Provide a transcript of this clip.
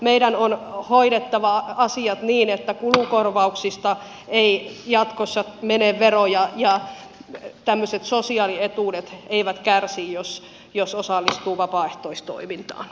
meidän on hoidettava asiat niin että kulukorvauksista ei jatkossa mene veroja ja tämmöiset sosiaalietuudet eivät kärsi jos osallistuu vapaaehtoistoimintaan